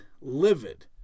livid